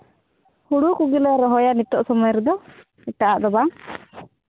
ᱦᱩᱲᱩ ᱠᱚᱜᱮᱞᱮ ᱨᱚᱦᱚᱭᱟ ᱱᱤᱛᱚᱜ ᱥᱚᱢᱚᱭ ᱨᱮᱫᱚ ᱮᱴᱟᱜᱟᱜ ᱫᱚ ᱵᱟᱝ